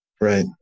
Right